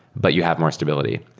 but you have more stability.